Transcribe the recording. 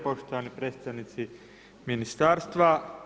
Poštovani predstavnici ministarstva.